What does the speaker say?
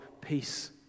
peace